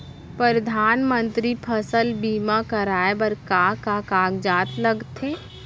परधानमंतरी फसल बीमा कराये बर का का कागजात लगथे?